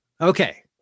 Okay